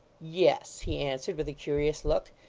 yes, he answered with a curious look,